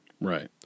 Right